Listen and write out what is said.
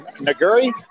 Neguri